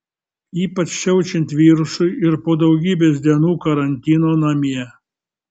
ypač siaučiant virusui ir po daugybės dienų karantino namie